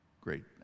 great